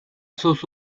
sus